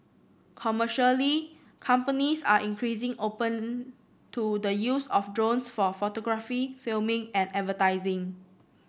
commercially companies are increasing open to the use of drones for photography filming and advertising